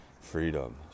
freedom